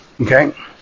okay